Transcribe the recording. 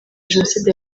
jenoside